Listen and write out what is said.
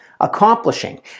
accomplishing